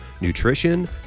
nutrition